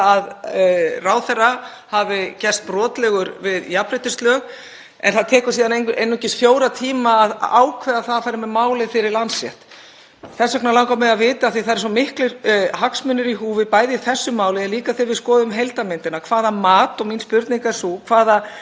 Þess vegna langar mig að vita, af því að það eru svo miklir hagsmunir í húfi, bæði í þessu máli en líka þegar við skoðum heildarmyndina, og mín spurning er sú: Hvaða viðmið og reglur gilda þegar ráðherra í ríkisstjórn ákveður að fara með mál fyrir dómstóla og eftir atvikum þá áfrýja málum? Hvaða mat fer fram á almannahagsmunum,